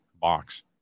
box